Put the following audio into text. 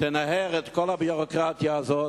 תנער את כל הביורוקרטיה הזאת.